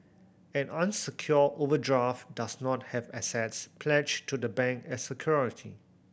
an unsecured overdraft does not have assets pledged to the bank as security